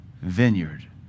vineyard